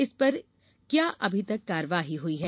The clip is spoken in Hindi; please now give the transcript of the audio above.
इस पर क्या अभी तक कार्यवाही हुई है